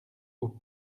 aux